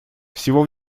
всего